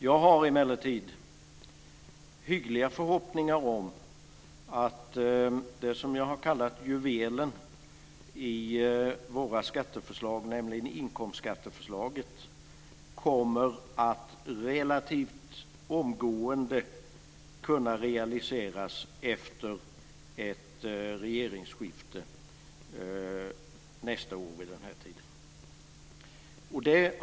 Jag har emellertid hyggliga förhoppningar om att det som jag har kallat juvelen i våra skatteförslag, nämligen inkomstskatteförslaget, kommer att relativt omgående kunna realiseras efter ett regeringsskifte nästa år vid den här tiden.